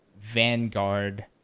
Vanguard